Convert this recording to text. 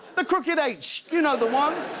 the crooked h, you know the one.